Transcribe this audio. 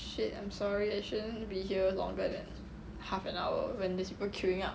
I will feel that oh shit I am sorry I shouldn't be here longer than half an hour when there's people queuing up